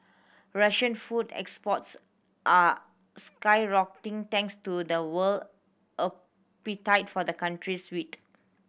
Russian food exports are skyrocketing thanks to the world appetite for the country's wheat